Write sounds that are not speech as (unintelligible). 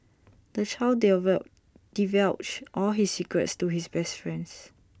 the child (unintelligible) divulged all his secrets to his best friends